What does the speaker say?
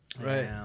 right